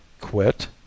Quit